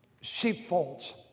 Sheepfolds